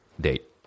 date